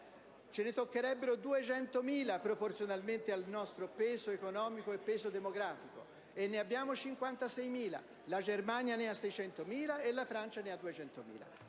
ce ne toccherebbero 200.000, proporzionalmente al nostro peso economico e demografico, mentre ne abbiamo 56.000: la Germania invece ne ha 600.000 e la Francia 200.000.